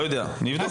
לא יודע, נבדוק את זה.